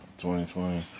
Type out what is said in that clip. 2020